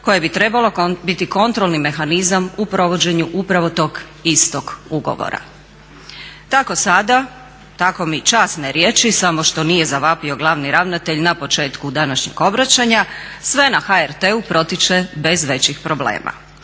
koje bi trebalo biti kontrolni mehanizam u provođenju upravo tog istog ugovora. Tako sada, tako mi časne riječi samo što nije zavapio glavni ravnatelj na početku današnjeg obraćanja, sve na HRT-u protiče bez većih problema.